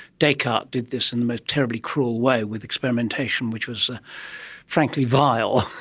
descartes did this in the most terribly cruel way with experimentation which was ah frankly vile.